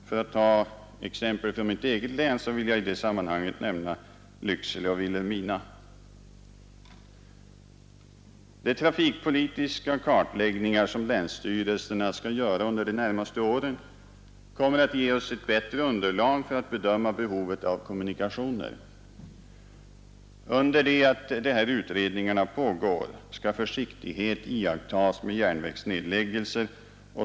För att ta exempel från mitt eget län vill jag i det sammanhanget nämna Lycksele och Vilhelmina. De trafikpolitiska kartläggningar som länsstyrelserna skall göra under de närmaste åren kommer att ge oss ett bättre underlag att bedöma behovet av kommunikationer. Under tiden dessa utredningar pågår skall försiktighet iakttagas med järnvägsnedläggelser.